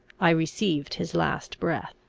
i received his last breath.